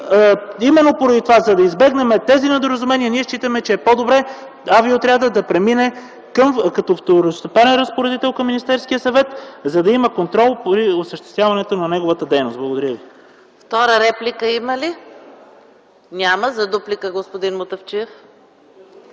Именно поради това, за да избегнем тези недоразумения, считаме, че е по-добре Авиоотрядът да премине като второстепенен разпоредител към Министерския съвет, за да има контрол по осъществяването на неговата дейност. Благодаря ви.